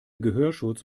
gehörschutz